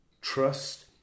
trust